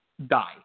die